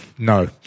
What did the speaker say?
No